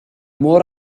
mor